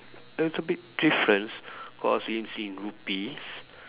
a little bit difference cause it's in Rupees